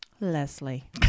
Leslie